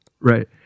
Right